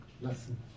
lassen